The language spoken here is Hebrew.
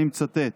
ואני מצטט: